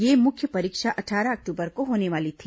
यह मुख्य परीक्षा अट्ठारह अक्टूबर को होने वाली थी